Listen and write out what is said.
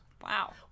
Wow